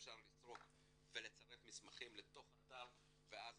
אפשר לסרוק ולצרף מסמכים לתוך האתר ואז